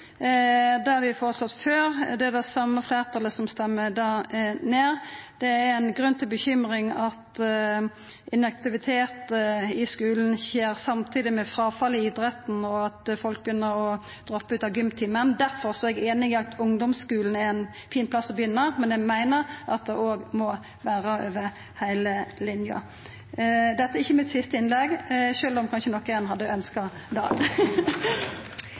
har vi foreslått før. Det var det same fleirtalet som stemde det ned. Det er ein grunn til bekymring at inaktivitet i skulen skjer samtidig med fråfall i idretten, og at folk begynner å droppa ut av gymtimen. Difor er eg einig i at ungdomsskulen er ein fin plass å begynna, men eg meiner at det òg må vera over heile linja. Dette er ikkje mitt siste innlegg – sjølv om nokon kanskje hadde